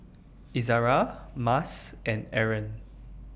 Izzara Mas and Aaron